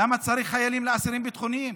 למה צריך חיילים לאסירים ביטחוניים?